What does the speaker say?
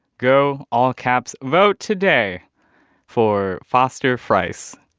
go all caps vote today for foster friess.